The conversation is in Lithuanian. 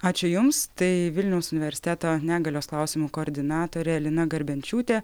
ačiū jums tai vilniaus universiteto negalios klausimų koordinatorė lina garbenčiūtė